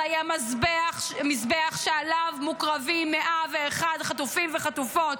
היא המזבח שעליו מוקרבים 101 חטופים וחטופות.